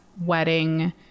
wedding